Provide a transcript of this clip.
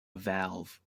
valve